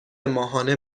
ماهانه